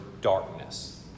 darkness